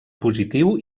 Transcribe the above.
positiu